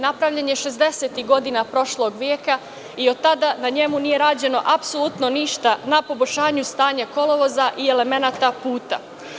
Napravljen je 60-ih godina prošlog veka i od tada na njemu nije rađeno apsolutno ništa na poboljšanju stanja kolovoza i elemenata puta.